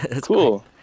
Cool